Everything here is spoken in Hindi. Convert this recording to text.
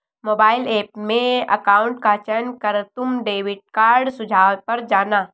मोबाइल ऐप में अकाउंट का चयन कर तुम डेबिट कार्ड सुझाव पर जाना